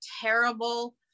terrible